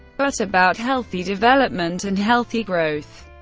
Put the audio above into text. but about healthy development and healthy growth.